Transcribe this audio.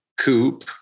coupe